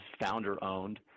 founder-owned